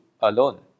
alone